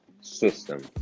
system